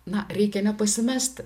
na reikia nepasimesti